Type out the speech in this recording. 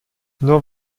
nur